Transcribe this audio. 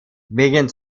wegen